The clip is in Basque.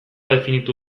definitu